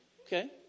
Okay